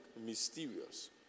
mysterious